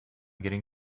getting